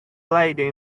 lady